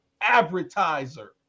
advertiser